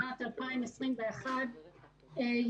בשנת 2021,